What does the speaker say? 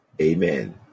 Amen